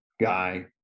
guy